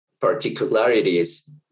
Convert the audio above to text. particularities